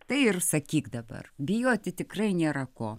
tai ir sakyk dabar bijoti tikrai nėra ko